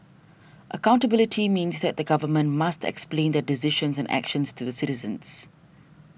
accountability means that the Government must explain their decisions and actions to the citizens